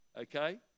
okay